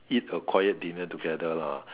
eat a quiet dinner together lah